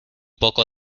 poco